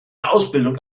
ausbildung